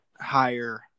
higher